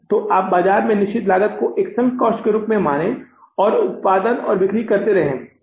तो आप बाजार में निश्चित लागत को एक संक कॉस्ट के रूप में माने और उत्पादन और बिक्री करते रहते हैं